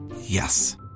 Yes